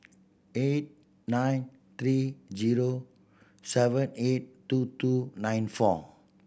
eight nine three zero seven eight two two nine four